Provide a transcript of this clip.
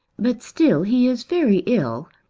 but still he is very ill.